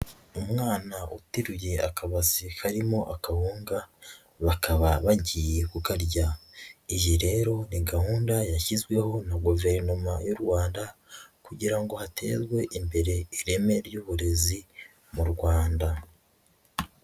Umwana uteruye akabase karimo akawunga, bakaba bagiye kukarya. Iyi rero ni gahunda yashyizweho na guverinoma y'u Rwanda, kugira ngo haterwe imbere ireme ry'uburezi, mu Rwanda.